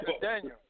Daniel